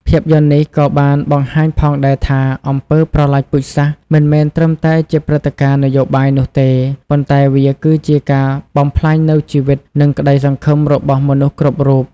ភាពយន្តនេះក៏បានបង្ហាញផងដែរថា អំពើប្រល័យពូជសាសន៍មិនមែនត្រឹមតែជាព្រឹត្តិការណ៍នយោបាយនោះទេ ប៉ុន្តែវាគឺជាការបំផ្លាញនូវជីវិត និងក្ដីសង្ឃឹមរបស់មនុស្សគ្រប់រូប។